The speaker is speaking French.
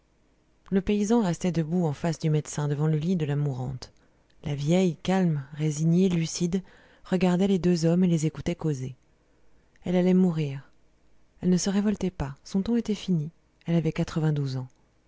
le paysan restait debout en face du médecin devant le lit de la mourante la vieille calme résignée lucide regardait les deux hommes et les écoutait causer elle allait mourir elle ne se révoltait pas son temps était fini elle avait quatre-vingt-douze ans